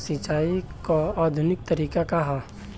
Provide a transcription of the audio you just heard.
सिंचाई क आधुनिक तरीका का ह?